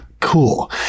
cool